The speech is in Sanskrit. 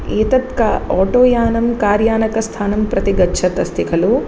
एतत् आटोयानं कार्यानकस्थानं प्रति गच्छतस्ति खलु